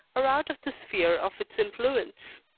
or out of the sphere of its influence.